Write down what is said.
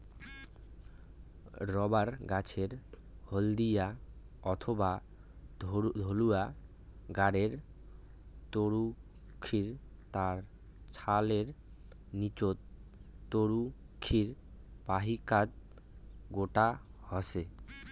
rubber গছের হলদিয়া অথবা ধওলা গাবের তরুক্ষীর তার ছালের নীচত তরুক্ষীর বাহিকাত গোটো হসে